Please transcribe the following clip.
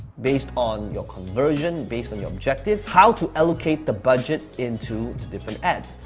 based on your conversion, based on your objective, how to allocate the budget into the different ads.